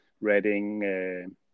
Reading